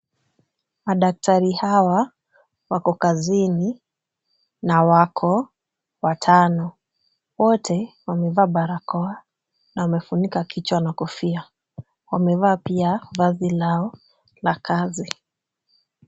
Madaktari hawa wako kazini na wako watano. Wote wamevaa barakoa na wamefunika kichwa na kofia. Wamevaa pia vazi lao la kazi.